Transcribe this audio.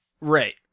Right